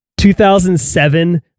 2007